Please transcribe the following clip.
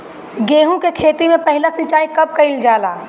गेहू के खेती मे पहला सिंचाई कब कईल जाला?